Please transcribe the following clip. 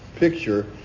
picture